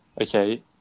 Okay